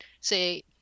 say –